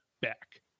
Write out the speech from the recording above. back